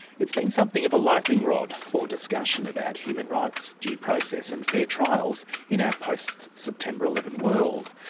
it's been something of a lightning rod for discussion about human rights, due process and fair trials in our post september eleven world.